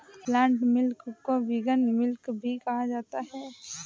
plant milk को vegan milk भी कहा जाता है